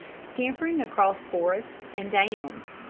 scampering across forest and downs.